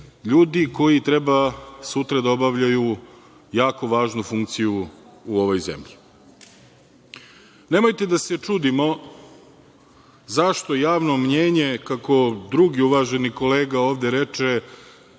ljudi koji treba sutra da obavljaju jako važnu funkciju u ovoj zemlji. Nemojte da se čudimo zašto javno mnjenje, kako drugi uvaženi kolega ovde reče,